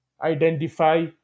identify